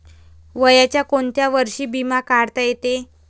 वयाच्या कोंत्या वर्षी बिमा काढता येते?